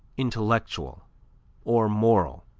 intellectual or moral,